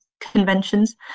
conventions